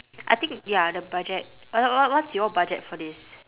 I think ya the budget w~ w~ what's your budget for this